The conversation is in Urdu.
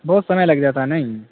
بہت سمے لگ جاتا نہیں